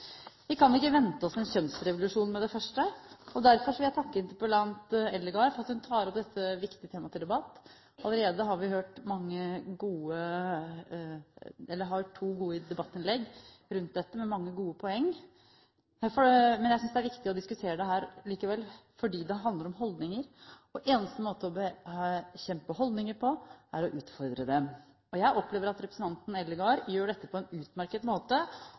Vi kan ikke vente oss en kjønnsrevolusjon med det første. Derfor vil jeg takke interpellant Eldegard for at hun tar opp dette viktige temaet til debatt. Vi har allerede hørt to gode debattinnlegg rundt dette med mange gode poenger, men jeg synes det er viktig å diskutere dette allikevel, for det handler om holdninger. Eneste måten å bekjempe holdninger på er å utfordre dem. Jeg opplever at representanten Eldegard gjør dette på en utmerket måte,